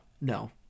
no